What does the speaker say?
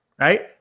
right